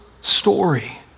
story